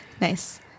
Nice